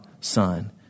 Son